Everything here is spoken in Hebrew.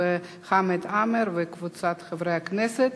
עברה בקריאה ראשונה.